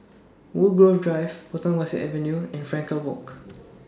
Woodgrove Drive Potong Pasir Avenue and Frankel Walk